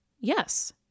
Yes